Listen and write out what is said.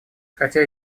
хотя